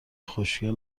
خوشگل